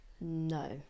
No